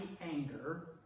anger